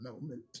moment